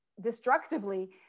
destructively